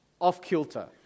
off-kilter